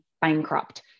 bankrupt